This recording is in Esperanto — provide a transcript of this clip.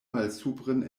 malsupren